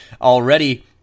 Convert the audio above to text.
already